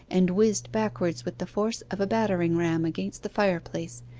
and whizzed backwards with the force of a battering-ram against the fireplace.